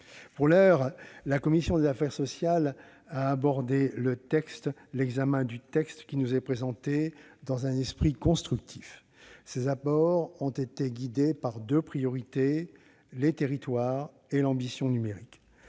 en soit, la commission des affaires sociales a abordé l'examen du texte qui nous est présenté dans un esprit constructif. Ses apports ont été guidés par deux priorités : les territoires et l'ambition numérique.